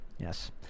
Yes